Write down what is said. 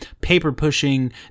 paper-pushing